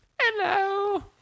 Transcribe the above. Hello